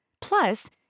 Plus